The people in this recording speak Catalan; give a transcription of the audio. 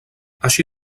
així